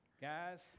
Guys